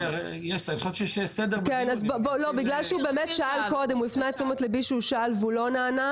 הוא הפנה את תשומת ליבי שהוא שאל והוא לא נענה.